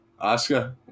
Oscar